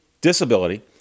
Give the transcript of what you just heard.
disability